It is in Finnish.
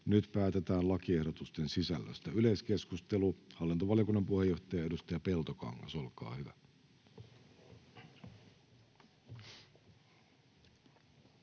Nyt päätetään lakiehdotusten sisällöstä. — Yleiskeskustelu. Hallintovaliokunnan puheenjohtaja, edustaja Peltokangas, olkaa hyvä.